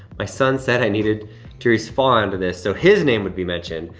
my son said i needed to respond to this, so his name would be mentioned.